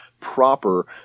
proper